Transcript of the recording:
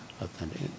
authentic